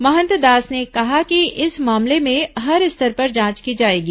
महंत दास ने कहा कि इस मामले में हर स्तर पर जांच की जाएगी